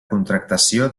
contractació